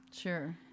Sure